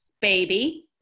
baby